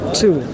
two